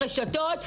רשתות,